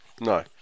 No